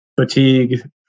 fatigue